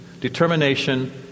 determination